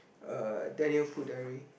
uh Daniel Food Diary